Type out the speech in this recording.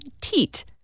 teat